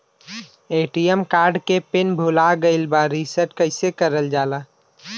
ATM card के pin भूला गइल बा रीसेट कईसे करल जाला?